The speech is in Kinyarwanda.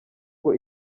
ngo